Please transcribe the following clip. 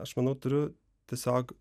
aš manau turiu tiesiog